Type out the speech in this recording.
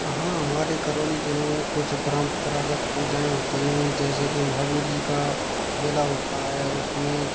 हाँ हमारे करौली ज़िले में कुछ परम्परागत पूजाएं होती हैं जैसे कि महावीर जी का मेला होता है उस में